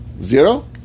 Zero